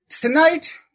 tonight